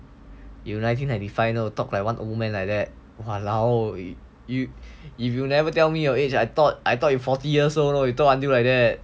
you nineteen ninety five know talk like one old man like that !walao! eh you if you never tell me your age I thought I thought you forty years old know you told until like that